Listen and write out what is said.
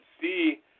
see